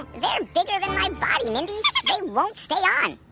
they're bigger than my body, mindy they won't stay on